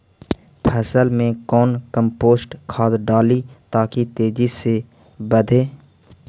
फसल मे कौन कम्पोस्ट खाद डाली ताकि तेजी से बदे?